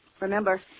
Remember